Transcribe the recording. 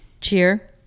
Cheer